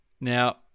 Now